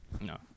No